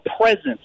presence